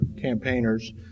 campaigners